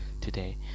today